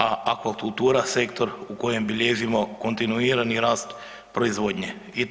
A akvakultura sektor u kojem bilježimo kontinuirani rast proizvodnje.